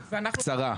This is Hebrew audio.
קצרה,